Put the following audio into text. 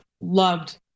loved